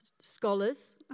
scholars